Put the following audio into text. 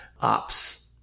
ops